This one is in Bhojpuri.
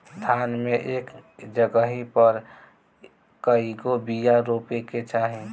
धान मे एक जगही पर कएगो बिया रोपे के चाही?